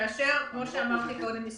כמו שאמרתי קודם,